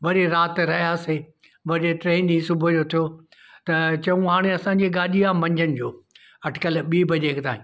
वरी राति रहियासे वरी टे ॾींहुं सुबूह जो थियो त चयूं हाणे असांजी गाॾी आहे मझंदि जो अटिकिल ॿी बजे ताईं